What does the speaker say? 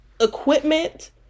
equipment